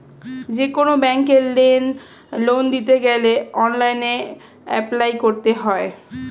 যেকোনো ব্যাঙ্কে লোন নিতে গেলে অনলাইনে অ্যাপ্লাই করতে হয়